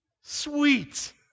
Sweet